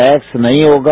tax नहीं होगा